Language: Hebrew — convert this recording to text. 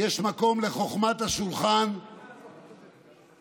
יש מקום לחוכמת השולחן ולתפקידים שלנו